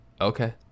okay